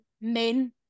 men